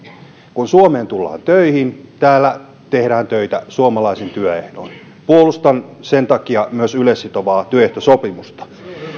kun suomeen tullaan töihin täällä tehdään töitä suomalaisin työehdoin puolustan sen takia myös yleissitovaa työehtosopimusta